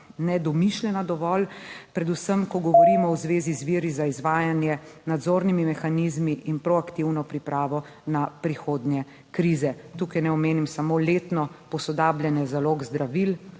nedomišljena dovolj, predvsem ko govorimo v zvezi z viri za izvajanje, nadzornimi mehanizmi in proaktivno pripravo na prihodnje krize. Tukaj naj omenim samo letno posodabljanje zalog zdravil,